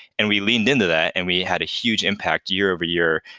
and we leaned into that and we had a huge impact year-over-year,